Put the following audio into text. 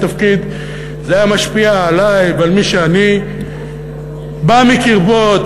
זה היה משפיע עלי ועל מי שאני בא מקרבו,